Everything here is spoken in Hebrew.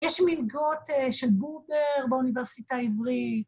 ‫יש מלגות של בובר באוניברסיטה העברית.